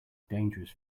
dangerous